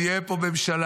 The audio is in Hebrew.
תהיה פה ממשלה,